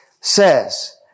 says